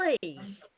please